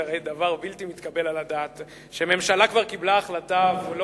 זה הרי דבר בלתי מתקבל על הדעת שממשלה כבר קיבלה החלטה ולא